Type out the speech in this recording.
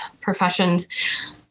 professions